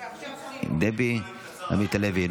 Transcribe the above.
עמית הלוי,